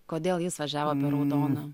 kodėl jis važiavo per raudoną